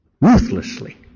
Ruthlessly